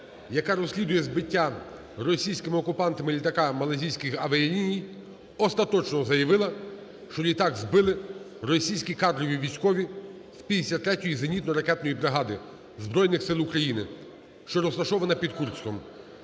яка розслідує збиття російськими окупантами літака Малайзійських авіаліній, остаточно заявила, що літак збили російські кадрові військові з 53-ї зенітно-ракетної бригади Збройних сил Росії, що розташована під Курськом.